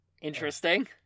Interesting